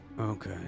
okay